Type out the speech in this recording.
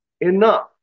enough